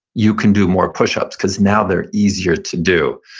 you can do more push-ups because now they're easier to do.